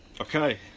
Okay